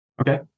Okay